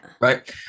Right